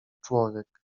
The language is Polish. człowiek